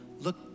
Look